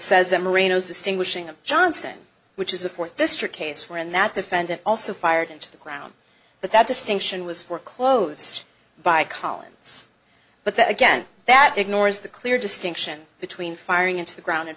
a merino distinguishing of johnson which is a fourth district case where in that defendant also fired into the ground but that distinction was foreclosed by collins but that again that ignores the clear distinction between firing into the ground and